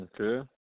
Okay